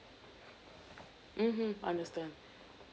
mmhmm understand